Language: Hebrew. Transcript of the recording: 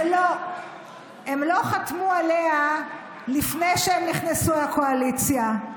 ולא, הם לא חתמו עליה לפני שהם נכנסו לקואליציה,